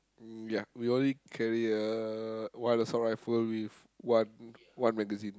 mm ya we only carry uh one assault-rifle with one one magazine